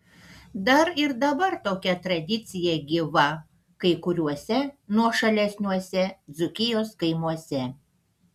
dar ir dabar tokia tradicija gyva kai kuriuose nuošalesniuose dzūkijos kaimuose